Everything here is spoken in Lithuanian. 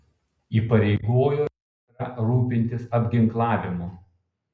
įpareigojo vėbrą rūpintis apginklavimu